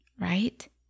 right